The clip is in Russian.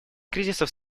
кризисов